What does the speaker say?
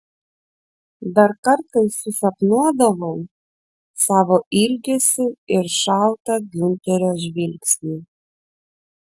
dar kartais susapnuodavau savo ilgesį ir šaltą giunterio žvilgsnį